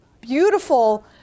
beautiful